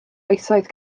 oesoedd